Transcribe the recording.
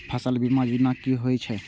फसल बीमा योजना कि होए छै?